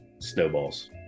Snowballs